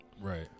Right